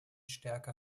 stärker